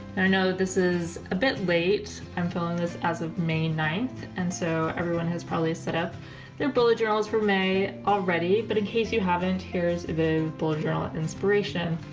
and i know this is a bit late i'm filming this as of may ninth and so everyone has probably set up their bullet journals for may already but in case you haven't here's ah some bullet journal inspiration.